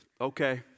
Okay